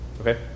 Okay